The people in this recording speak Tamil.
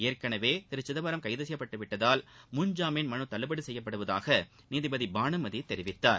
ஏற்களவே திரு சிதம்பரம் கைது செய்யப்பட்டுவிட்டதால் முன்ஜாமீன் மலு தள்ளுபடி செய்யப்படுவதாக நீதிபதி பானுமதி தெரிவித்தார்